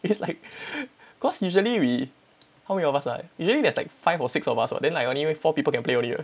because like cause usually we how many of us ah usually there's like five or six of us what then like only four people can play only